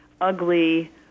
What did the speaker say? ugly